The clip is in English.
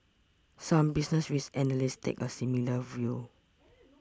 some business risk analysts take a similar view